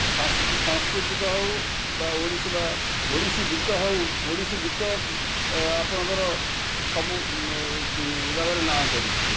ସାଂସ୍କୃତିକ ହେଉ ବା ଓଡ଼ିଶ ବା ଓଡ଼ିଶୀ ଗୀତ ହେଉ ଓଡ଼ିଶୀ ଗୀତ ଏ ଆପଣଙ୍କର ସବୁ ଜାଗାରେ ନାଁ କରିଛି